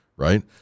right